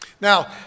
Now